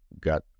got